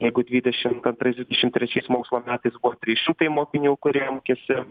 jeigu dvidešimt antrais dvidešimt trečiais mokslo metais buvo trys šimtai mokinių kurie mokėsi